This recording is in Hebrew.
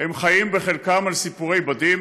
הם חיים בחלקם על סיפורי בדים,